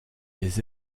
des